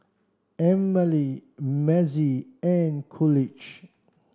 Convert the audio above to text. Emmalee Mazie and Coolidge